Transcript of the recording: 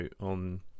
on